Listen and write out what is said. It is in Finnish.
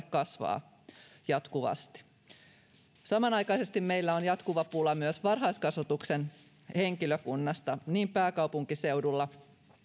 kasvaa jatkuvasti samanaikaisesti meillä on jatkuva pula myös varhaiskasvatuksen henkilökunnasta niin pääkaupunkiseudulla